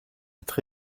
être